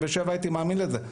הייתי מאמין לזה.